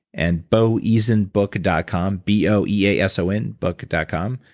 and boeasonbook dot com, b o, e a s o n book dot com.